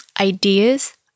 ideas